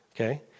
okay